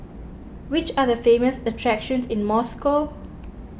which are the famous attractions in Moscow